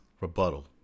rebuttal